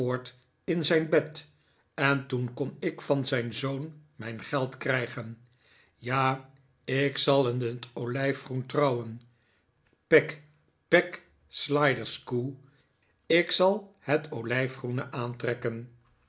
in zijn bed en toen kon ik van zijn zoon mijn geld krijgen ja ik zal in het olijfgroen trouwen peg peg sliderskew ik zal het olijfgroene aantrekken